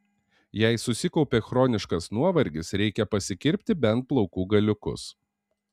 jei susikaupė chroniškas nuovargis reikia pasikirpti bent plaukų galiukus